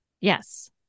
Yes